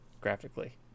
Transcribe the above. graphically